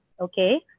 okay